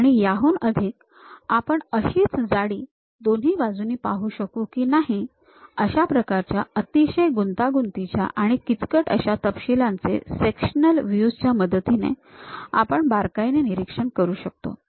आणि याहून अधिक आपण अशीच जाडी दोन्ही बाजूनी पाहू शकू कि नाही अशाप्रकारच्या अतिशय गुंतागुंतीच्या आणि किचकट अशा तपशीलांचे सेक्शनल व्ह्यूज च्या मदतीने आपण बारकाईने निरीक्षण करू शकतो